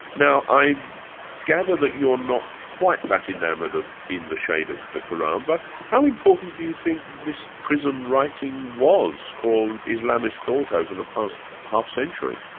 now i gather that you're not quite that enamoured of in the shade of the qur'an, but how important do you think this prism writing was for islamist thought over the past half-century?